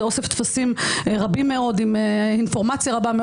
זה אוסף טפסים רבים מאוד עם אינפורמציה רבה מאוד.